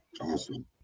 Awesome